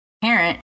parent